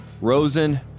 Rosen